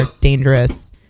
dangerous